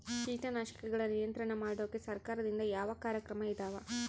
ಕೇಟನಾಶಕಗಳ ನಿಯಂತ್ರಣ ಮಾಡೋಕೆ ಸರಕಾರದಿಂದ ಯಾವ ಕಾರ್ಯಕ್ರಮ ಇದಾವ?